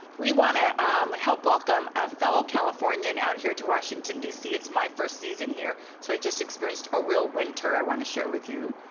we want to help welcome a fellow california and out here to washington, d c. it's my first season here, so i just experienced a real winter, i want to share with you.